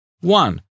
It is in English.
One